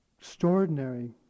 Extraordinary